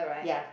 ya